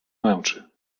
męczy